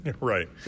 Right